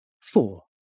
Four